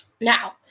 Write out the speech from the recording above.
Now